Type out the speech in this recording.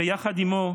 ויחד עימו,